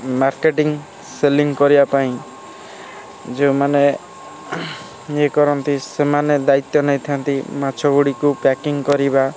marketing selling କରିବାପାଇଁ ଯେଉଁମାନେ ଇଏ କରନ୍ତି ସେମାନେ ଦାୟିତ୍ୱ ନେଇଥାନ୍ତି ମାଛଗୁଡ଼ିକୁ ପ୍ୟାକିଙ୍ଗ୍ କରିବା